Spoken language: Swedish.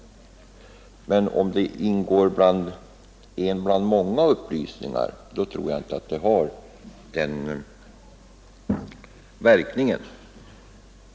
Om den däremot ingår som en bland många upplysningar tror jag inte att det har den verkan.